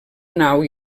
nau